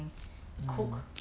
mm